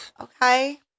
Okay